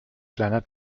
kleiner